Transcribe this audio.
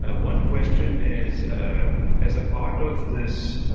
ah one question is, ah as a part of this,